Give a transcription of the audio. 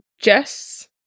jess